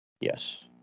Yes